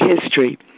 history